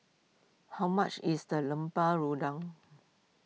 how much is the Lemper Udang